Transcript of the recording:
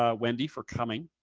ah wendy, for coming.